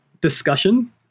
discussion